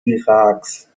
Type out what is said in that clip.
iraks